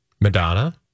Madonna